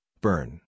burn